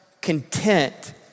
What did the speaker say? content